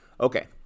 Okay